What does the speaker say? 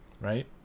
right